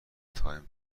تایم